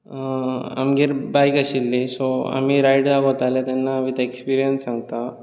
आमगेर बायक आशिल्ली सो आमी रायडाक वताले तेन्ना विथ एक्सपिरियंस सांगतां